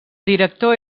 director